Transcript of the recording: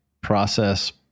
process